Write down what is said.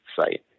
site